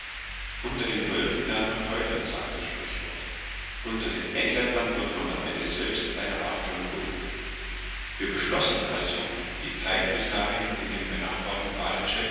unter den wölfen lernt man heulen sagt das sprichwort unter den engländern wird man am ende selbst eine art john bull wir beschlossen also die zeit bis dahin in dem benachbarten